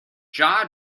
jaw